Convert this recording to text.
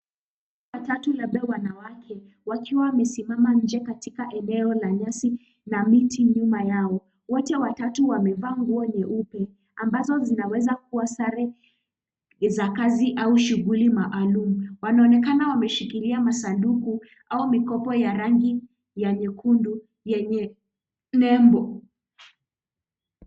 Watatu labda wanawake, wakiwa wamesimama nje katika eneo la nyasi na miti nyuma yao. Wote watatu wamevaa nguo nyeupe ambazo zinaweza kuwa sare za kazi au shughuli maalum. Wanaonekana wameshikilia masanduku au mikopo ya rangi ya nyekundu yenye nembo.